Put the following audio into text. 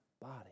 body